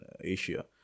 Asia